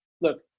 look